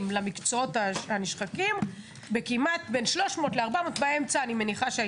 למקצועות הנשחקים בין 300 ל-400 מיליון שקל.